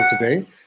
today